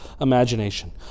imagination